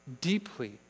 Deeply